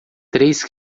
três